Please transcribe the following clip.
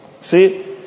See